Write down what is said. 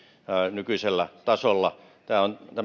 nykyisellä tasolla tämä on